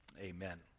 Amen